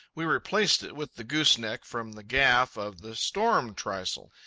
we replaced it with the gooseneck from the gaff of the storm trysail,